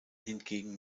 hingegen